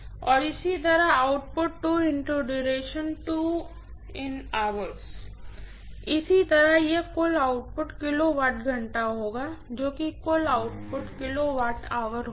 फिर इसी तरह और इसी तरह यह कुल आउटपुट किलोवाट घंटा होगा जो कि कुल आउटपुट kWh होगा